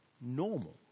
normal